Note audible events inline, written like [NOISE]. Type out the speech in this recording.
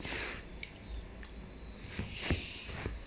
[BREATH]